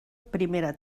primera